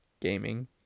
Gaming